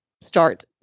start